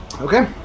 Okay